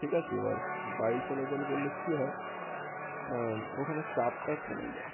ঠিক আছে এবার বায়ু চলাচল করলে কী হয় ওখানে চাপটা কমে যায়